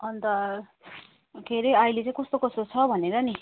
अन्त के अरे अहिले चाहिँ कस्तो कस्तो छ भनेर नि